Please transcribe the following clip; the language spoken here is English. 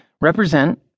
represent